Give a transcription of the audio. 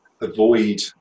avoid